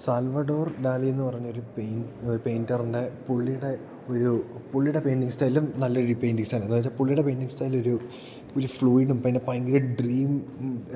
Salvador Dali എന്ന് പറഞ്ഞ ഒരു പെയിൻ പെയിൻറർൻ്റെ പുള്ളിയുടെ ഒരു പുള്ളിയുടെ പെയിൻറ്റിങ് സ്റ്റൈലും നല്ലൊരു പെയിൻറ്റിങ് സ്റ്റൈല എന്ന് വച്ചാൽ പുള്ളിയുടെ പെയിൻറ്ററിങ് സ്റ്റൈൽ ഒരു ഫ്ലൂയിഡും പിന്നെ ഭയങ്കര ഡ്രീം